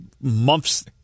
months